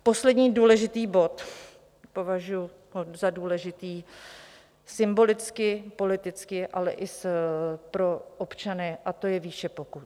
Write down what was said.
Poslední důležitý bod, považuji ho za důležitý symbolicky, politicky, ale i pro občany, a to je výše pokut.